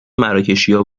مراکشیا